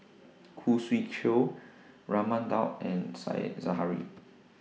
Khoo Swee Chiow Raman Daud and Said Zahari